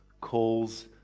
calls